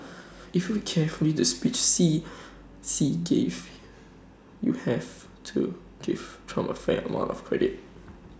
if you carefully the speech Xi see gave you have to give Trump A fair amount of credit